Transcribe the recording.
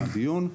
בדיון.